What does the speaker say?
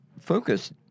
focus